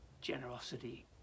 Generosity